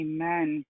Amen